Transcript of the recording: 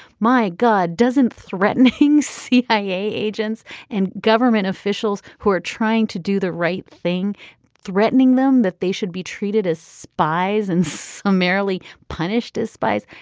my god doesn't threatening cia agents and government officials who are trying to do the right thing threatening them that they should be treated as spies and summarily punished as spies.